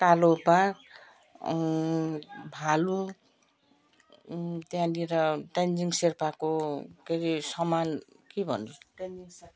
कालो बाघ भालु त्यहाँनिर तेन्जिङ सेर्पाको के अरे सामान के भन